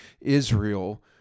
Israel